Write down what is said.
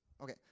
okay